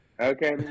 Okay